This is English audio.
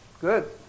good